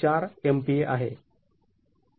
४ MPa आहे